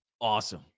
awesome